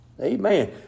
Amen